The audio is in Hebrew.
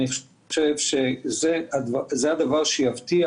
אני חושב שזה הדבר שיבטיח